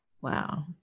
Wow